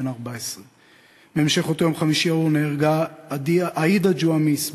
בן 14. בהמשך אותו יום חמישי ארור נהרגה עאידה ג'ואמיס,